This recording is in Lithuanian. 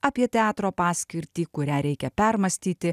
apie teatro paskirtį kurią reikia permąstyti